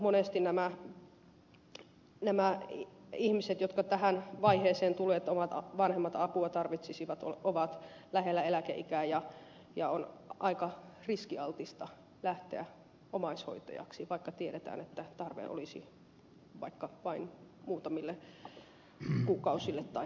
monesti nämä ihmiset jotka tähän vaiheeseen tulevat että omat vanhemmat apua tarvitsisivat ovat lähellä eläkeikää ja on aika riskialtista lähteä omaishoitajaksi vaikka tiedetään että tarve olisi vaikka vain muutamille kuukausille tai vuosille